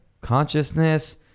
consciousness